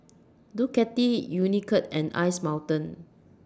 Ducati Unicurd and Ice Mountain